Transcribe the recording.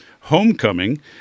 homecoming